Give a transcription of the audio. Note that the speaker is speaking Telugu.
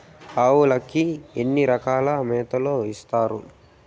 ఆవులకి ఎన్ని రకాల మేతలు ఇస్తారు?